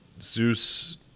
Zeus